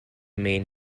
main